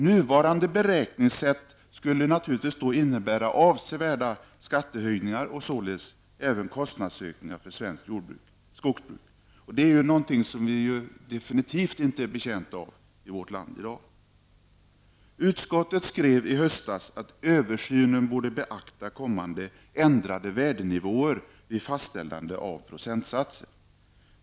Nuvarande beräkningssätt skulle naturligtvis då innebära avsevärda skattehöjningar och således även kostnadsökningar för svenskt skogsbruk, och det är ju någonting som vårt land definitivt inte är betjänt av. Utskottet skrev i höstas att översynen borde beakta kommande ändrade värdenivåer vid fastställandet av procentsatsen.